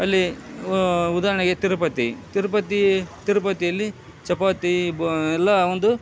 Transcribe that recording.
ಅಲ್ಲಿ ಉದಾಹರಣೆಗೆ ತಿರುಪತಿ ತಿರುಪತಿ ತಿರುಪತಿಯಲ್ಲಿ ಚಪಾತಿ ಬ ಎಲ್ಲ ಒಂದು